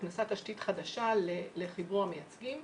הוכנסה תשתית חדשה לחיבור המייצגים,